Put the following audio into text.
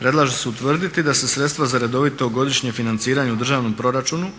Predlaže se utvrditi da se sredstva za redovito godišnje financiranje u državnom proračunu